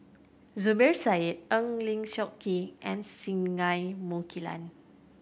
Zubir Said Eng Lee Seok Chee and Singai Mukilan